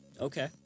Okay